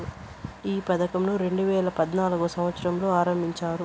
ఈ పథకంను రెండేవేల పద్నాలుగవ సంవచ్చరంలో ఆరంభించారు